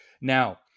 Now